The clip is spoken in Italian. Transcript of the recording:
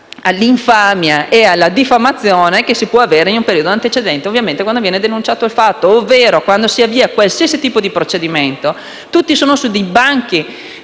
all'infamia e alla diffamazione che si può avere in un periodo antecedente, cioè quando viene denunciato il fatto; intendo dire che quando si avvia qualsiasi tipo di procedimento tutti sono sui banchi